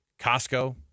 Costco